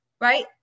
right